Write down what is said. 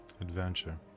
Adventure